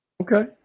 Okay